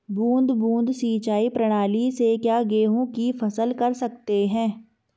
बूंद बूंद सिंचाई प्रणाली से क्या गेहूँ की फसल कर सकते हैं?